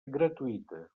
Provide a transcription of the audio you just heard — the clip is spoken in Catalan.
gratuïta